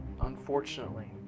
Unfortunately